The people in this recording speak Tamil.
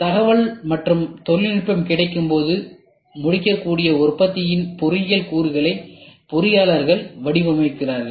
தகவல் மற்றும் தொழில்நுட்பம் கிடைக்கும்போது முடிக்கக்கூடிய உற்பத்தியின் பொறியியல் கூறுகளை பொறியாளர்கள் வடிவமைக்கிறார்கள்